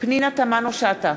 פנינה תמנו-שטה,